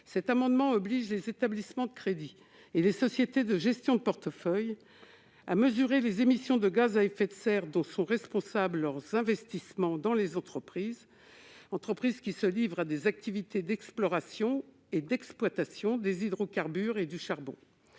Cet amendement vise à obliger les établissements de crédit et les sociétés de gestion de portefeuille à mesurer les émissions de gaz à effet de serre dont sont responsables leurs investissements dans les entreprises se livrant à des activités d'exploration et d'exploitation d'hydrocarbures et de charbon,